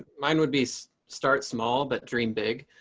mine would be. start small, but dream big.